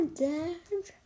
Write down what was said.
dad